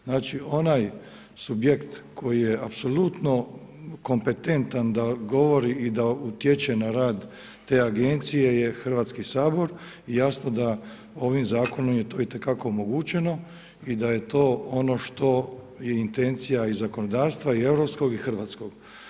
Znači onaj subjekt koji je apsolutno kompetentan da govori i da utječe na rad te agencije je Hrvatski sabor i jasno da je ovim zakonom to itekako omogućeno i da je to ono što intencija i zakonodavstva i europskog i hrvatskog.